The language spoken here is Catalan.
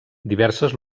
diverses